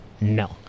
No